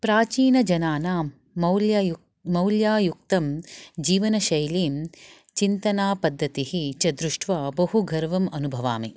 प्राचीनजनानां मौल्ययुक् मौल्यायुक्तं जीवनशैलीं चिन्तनापद्धतिः च दृष्ट्वा बहु गर्वम् अनुभवामि